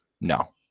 no